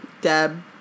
Deb